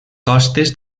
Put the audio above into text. costes